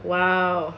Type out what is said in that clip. !wow!